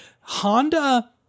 Honda